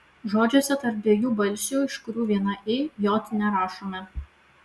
žodžiuose tarp dviejų balsių iš kurių viena i j nerašome